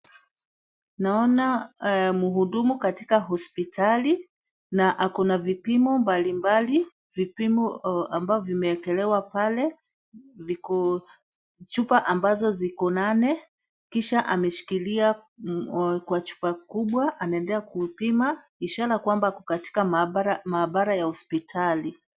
Naona mhudumu katika hospitali na ako na vipimo mbalimbali. Vipimo ambavyo vimeekelewa pale viko chupa ambazo ziko nane. Kisha ameshikilia kwa chupa kubwa anaendelea kupima, ishara kwamba ako katika maabara ya hospitali.